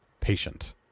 patient